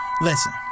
listen